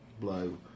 blow